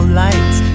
lights